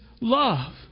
love